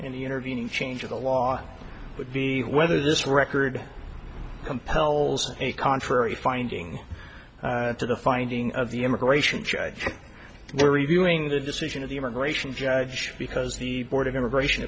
in the intervening change of the law would be whether this record compels a contrary finding to the finding of the immigration judge they're reviewing the decision of the immigration judge because the board of immigration